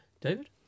David